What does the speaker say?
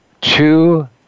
two